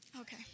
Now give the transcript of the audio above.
Okay